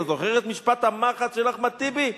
אתה זוכר את משפט המחץ של אחמד טיבי?